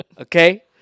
okay